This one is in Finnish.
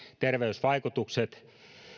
terveysvaikutukset